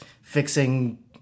fixing